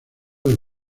del